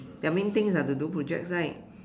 their main things are to do projects right